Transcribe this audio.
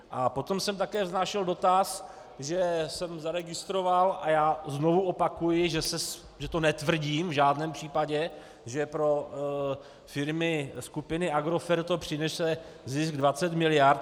A potom jsem také vznášel dotaz, že jsem zaregistroval a znovu opakuji, že to netvrdím v žádném případě že pro firmy skupiny Agrofert to přinese zisk 20 mld.